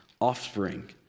offspring